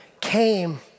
came